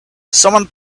somebody